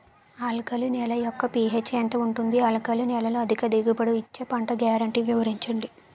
Alkali నేల యెక్క pH ఎంత ఉంటుంది? ఆల్కలి నేలలో అధిక దిగుబడి ఇచ్చే పంట గ్యారంటీ వివరించండి?